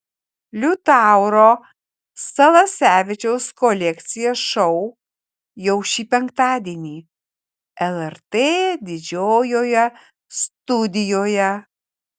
liutauro salasevičiaus kolekcija šou jau šį penktadienį lrt didžiojoje studijoje